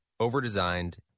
overdesigned